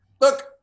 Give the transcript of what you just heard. Look